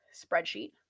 spreadsheet